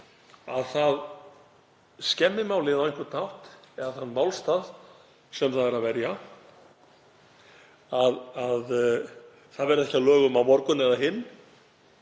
að það skemmi málið á einhvern hátt eða þann málstað sem það er að verja ef það verður ekki að lögum á morgun eða hinn